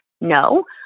no